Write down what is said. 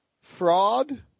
fraud